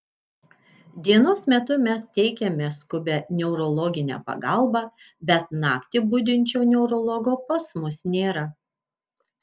dienos metu mes teikiame skubią neurologinę pagalbą bet naktį budinčio neurologo pas mus nėra